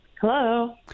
hello